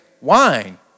wine